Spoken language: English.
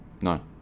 No